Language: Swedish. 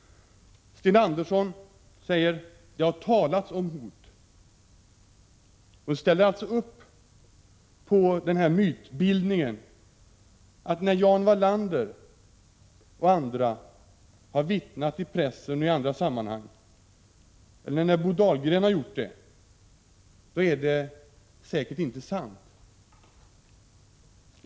Sten Andersson i Malmö ställer sig bakom myten att Jan Wallander, Bo Dahlgren och andra när de har vittnat i pressen och i andra sammanhang kanske inte har talat sanning.